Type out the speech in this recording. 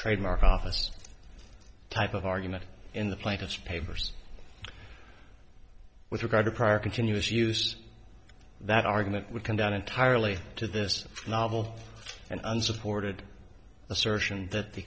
trademark office type of argument in the plaintiff's papers with regard to prior continuous use that argument we can down entirely to this novel and unsupported assertion that the